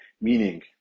meaning